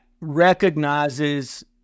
recognizes